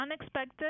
unexpected